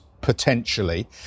potentially